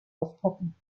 aufpoppen